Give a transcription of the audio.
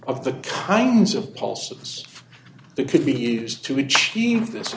of the kinds of pulses that could be used to achieve this